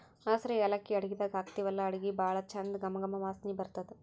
ಹಸ್ರ್ ಯಾಲಕ್ಕಿ ಅಡಗಿದಾಗ್ ಹಾಕ್ತಿವಲ್ಲಾ ಅಡಗಿ ಭಾಳ್ ಚಂದ್ ಘಮ ಘಮ ವಾಸನಿ ಬರ್ತದ್